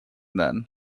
then